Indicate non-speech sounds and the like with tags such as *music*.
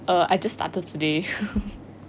uh I just started today *laughs*